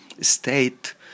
state